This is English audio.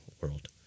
world